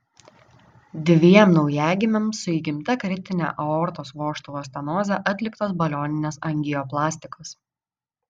dviem naujagimiams su įgimta kritine aortos vožtuvo stenoze atliktos balioninės angioplastikos